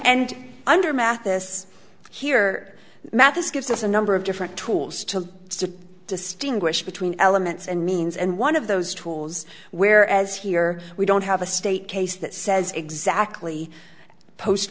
and under mathis here mathis gives us a number of different tools to to distinguish between elements and means and one of those tools where as here we don't have a state case that says exactly post